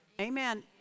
Amen